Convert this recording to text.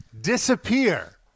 disappear